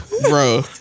Bro